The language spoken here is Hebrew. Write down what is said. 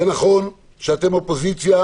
זה נכון שאתם אופוזיציה